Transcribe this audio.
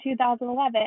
2011